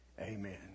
amen